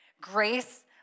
Grace